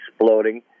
exploding